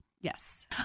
Yes